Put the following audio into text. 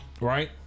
Right